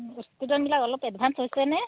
ষ্টুডেণ্টবিলাক অলপ এডভাঞ্চ হৈছেনে